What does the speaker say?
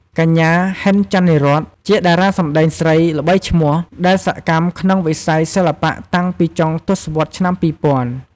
កញ្ញា ហិន ចាន់នីរ័ត្ន ជាតារាសម្តែងស្រីល្បីឈ្មោះ ដែលសកម្មក្នុងវិស័យសិល្បៈតាំងពីចុងទសវត្សរ៍ឆ្នាំ ២០០០។